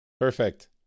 Perfect